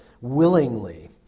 willingly